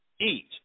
eat